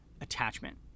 attachment